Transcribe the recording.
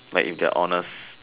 like if they are honest